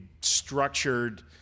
structured